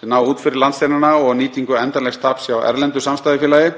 sem ná út fyrir landsteinana og nýtingu endanlegs taps hjá erlendu samstæðufélagi.